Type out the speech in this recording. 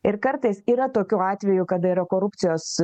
ir kartais yra tokių atvejų kada yra korupcijos